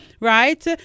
Right